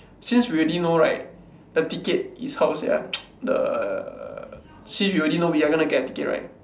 since we already know right the ticket is how sia the since we already know we are going to get a ticket right